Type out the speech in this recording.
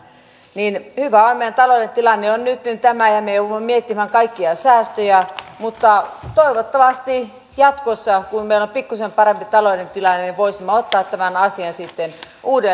hyvä on meidän taloudellinen tilanne on nyt tämä ja me joudumme miettimään kaikkia säästöjä mutta toivottavasti jatkossa kun meillä on pikkuisen parempi taloudellinen tilanne voisimme ottaa tämän asian sitten uudelleen käsittelyyn